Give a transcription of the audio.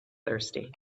thirsty